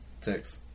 Six